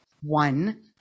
one